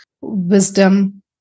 wisdom